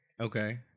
Okay